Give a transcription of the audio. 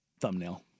thumbnail